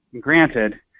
Granted